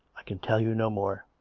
i can tell you no more.